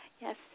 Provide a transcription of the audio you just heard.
Yes